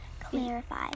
clarify